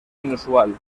inusual